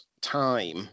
time